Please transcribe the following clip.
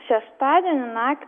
šeštadienį nak